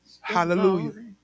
hallelujah